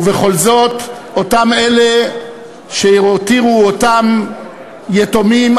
ובכל זאת אותם אלה שהותירו אותם יתומים,